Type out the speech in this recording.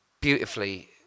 beautifully